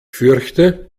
fürchte